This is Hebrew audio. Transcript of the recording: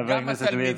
חבר הכנסת אלעזר שטרן.